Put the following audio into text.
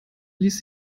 ließ